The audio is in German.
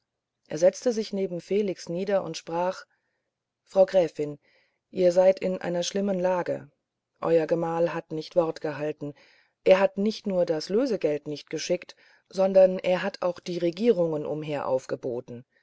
er setzte sich neben felix nieder und sprach frau gräfin ihr seid in einer schlimmen lage euer herr gemahl hat nicht wort gehalten er hat nicht nur das lösegeld nicht geschickt sondern er hat auch die regierungen umher aufgeboten